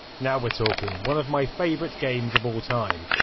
now we're talking. one of my favourite games of all time,